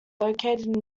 located